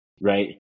right